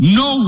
no